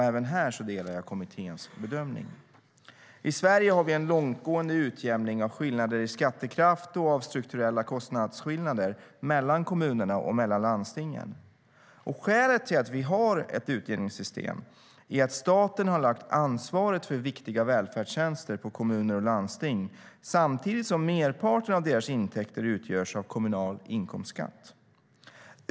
Även här delar jag kommitténs bedömning.I Sverige har vi en långtgående utjämning av skillnader i skattekraft och av strukturella kostnadsskillnader mellan kommunerna och mellan landstingen. Skälet till att vi har ett utjämningssystem är att staten har lagt ansvaret för viktiga välfärdstjänster på kommuner och landsting samtidigt som merparten av deras intäkter utgörs av kommunal inkomstskatt.